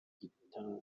igitangira